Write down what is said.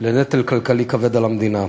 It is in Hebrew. לנטל כלכלי כבד על המדינה.